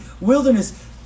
wilderness